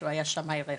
כשהוא היה שמאי רכב,